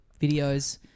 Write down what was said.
videos